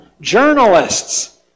journalists